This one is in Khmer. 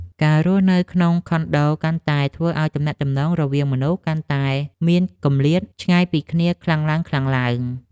ការរស់នៅក្នុងខុនដូកាន់តែធ្វើឱ្យទំនាក់ទំនងរវាងមនុស្សកាន់តែមានគម្លាតឆ្ងាយពីគ្នាខ្លាំងឡើងៗ។